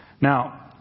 Now